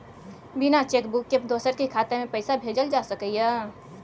बिना cheque book के दोसर के खाता में पैसा भेजल जा सकै ये?